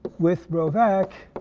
with rho vac